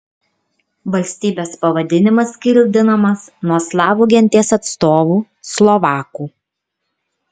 valstybės pavadinimas kildinamas nuo slavų genties atstovų slovakų